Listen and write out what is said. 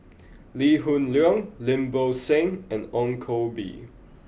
Lee Hoon Leong Lim Bo Seng and Ong Koh Bee